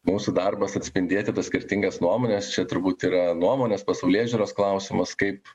mūsų darbas atspindėti tas skirtingas nuomones čia turbūt yra nuomonės pasaulėžiūros klausimas kaip